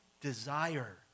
desire